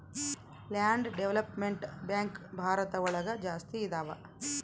land development bank Bharat ಒಳಗ ಜಾಸ್ತಿ ಇದಾವ